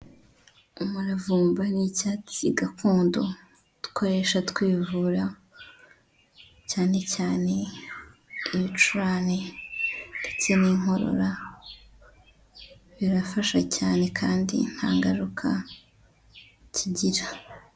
Umuravumba ni icyatsi gakondo dukoresha twivura cyane cyane ibicurane ndetse n'inkorora, birafasha cyane kandi nta ngaruka kigira.